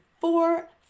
four